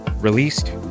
Released